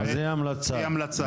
היא המלצה.